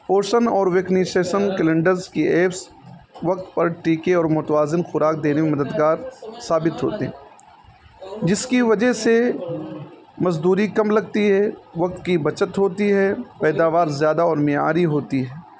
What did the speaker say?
portion اور vaccination calendar کی apps وقت پر ٹیکے اور متوازن خوراک دینے میں مددگار ثابت ہوتے ہیں جس کی وجہ سے مزدوری کم لگتی ہے وقت کی بچت ہوتی ہے پیداوار زیادہ اور معیاری ہوتی ہے